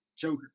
Joker